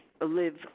live